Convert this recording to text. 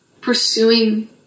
pursuing